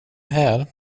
här